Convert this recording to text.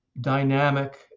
dynamic